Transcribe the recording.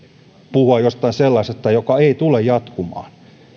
puhua jostain sellaisesta joka ei tule jatkumaan